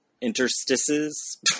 Interstices